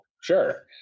Sure